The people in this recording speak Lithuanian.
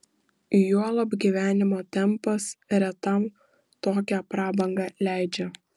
juolab gyvenimo tempas retam tokią prabangą leidžia